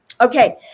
Okay